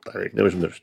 tą reik neužmiršt